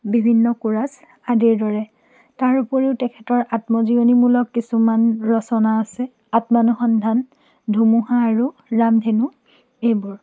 বিভিন্ন কোৰাছ আদিৰ দৰে তাৰ উপৰিও তেখেতৰ আত্মজীৱনীমূলক কিছুমান ৰচনা আছে আত্মনুসন্ধান ধুমুহা আৰু ৰামধেনু এইবোৰ